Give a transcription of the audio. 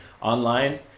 online